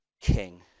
king